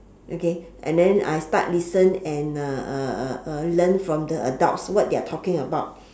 okay and then I start listen and uh uh uh uh learn from the adults what they are talking about